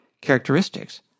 characteristics